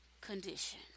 condition